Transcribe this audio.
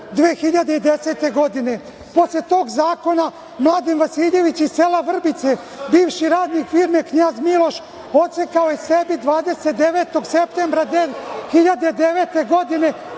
2010. godine. Posle tog zakona, Mladen Vasiljević iz sela Vrbice, bivši radnik firme "Knjaz Miloš", odsekao je sebi, 29. septembra 2009. godine,